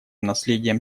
наследием